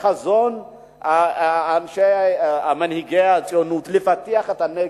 הרי חזון מנהיגי הציונות הוא לפתח את הנגב,